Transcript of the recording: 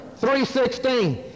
3.16